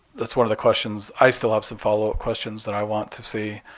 that's one of the questions. i still have some follow up questions that i want to see